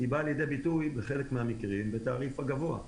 באה לידי ביטוי גם בתעריף הגבוה.